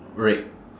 red